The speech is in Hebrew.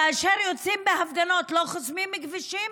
כאשר יוצאים להפגנות לא חוסמים כבישים?